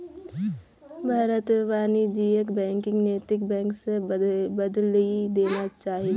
भारतत वाणिज्यिक बैंकक नैतिक बैंक स बदलइ देना चाहिए